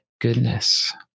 goodness